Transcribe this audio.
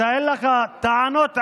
אין לך טענות אליו,